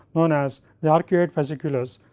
known as the arcuate fasciculus,